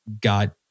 got